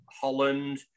Holland